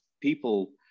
people